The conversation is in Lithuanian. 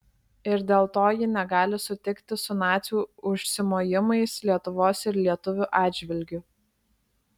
ir dėl to ji negali sutikti su nacių užsimojimais lietuvos ir lietuvių atžvilgiu